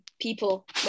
people